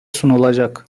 sunulacak